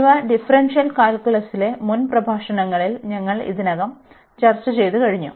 ഇവ ഡിഫറൻഷ്യൽ കാൽക്കുലസിലെ മുൻ പ്രഭാഷണങ്ങളിൽ ഞങ്ങൾ ഇതിനകം ചർച്ചചെയ്തു കഴിഞ്ഞു